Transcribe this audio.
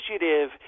initiative